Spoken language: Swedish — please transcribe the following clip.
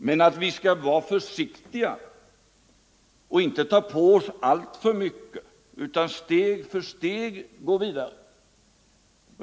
Men vi skall vara försiktiga och inte ta på oss alltför mycket utan steg för steg gå vidare.